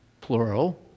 plural